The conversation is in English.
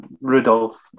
Rudolph